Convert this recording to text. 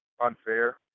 unfair